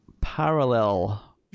parallel